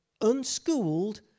unschooled